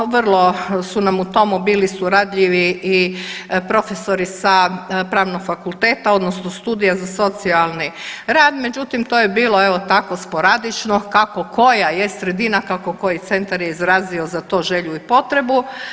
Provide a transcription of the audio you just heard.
Vrlo su nam u tomu bili suradljivi i profesori sa Pravnog fakulteta, odnosno studija za socijalni rad, međutim to je bilo evo tako sporadično kako koja je sredina, kako koji centar je izrazio za to želju i potrebu.